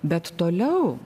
bet toliau